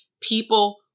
people